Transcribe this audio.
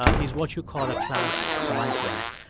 ah he's what you call a class migrant.